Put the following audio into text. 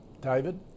David